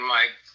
Mike